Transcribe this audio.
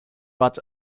but